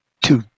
two